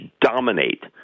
dominate